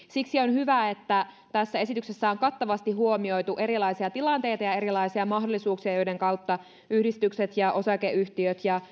siksi on hyvä että tässä esityksessä on kattavasti huomioitu erilaisia tilanteita ja erilaisia mahdollisuuksia joiden kautta yhdistykset ja osakeyhtiöt ja